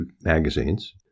magazines